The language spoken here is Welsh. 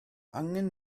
angen